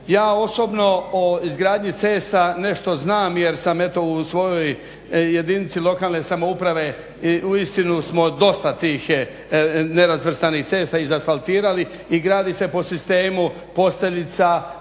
Ja osobno o izgradnji cesta nešto znam jer sam eto u svojoj jedinici lokalne samouprave uistinu smo dosta tih nerazvrstanih cesta izasfaltirali i gradi se po sistemu posteljica,